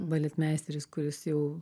baletmeisteris kuris jau